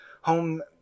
home